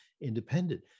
independent